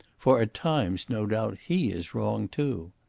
for at times, no doubt, he is wrong too.